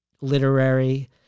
literary